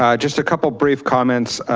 ah just a couple brief comments.